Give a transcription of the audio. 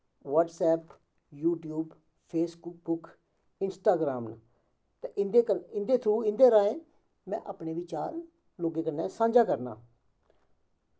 WhatsApp YouTube Facebook Instagram ते इं'दे through इं'दे राहें में अपने विचार लोगें कन्नै सांझा करना